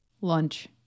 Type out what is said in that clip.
Lunch